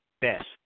best